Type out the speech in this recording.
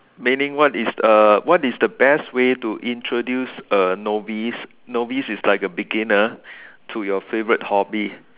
meaning what is uh what is the best way to introduce a novice novice is like a beginner to your favourite hobby